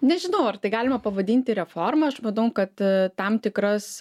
nežinau ar tai galima pavadinti reforma aš manau kad tam tikras